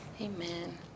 Amen